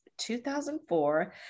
2004